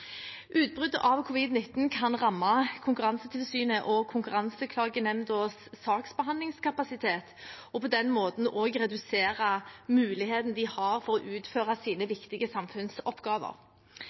Utbruddet av covid-19 kan ramme Konkurransetilsynet og konkurranseklagenemndas saksbehandlingskapasitet og på den måten også redusere muligheten de har til å utføre sine